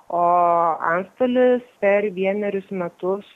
o antstolis per vienerius metus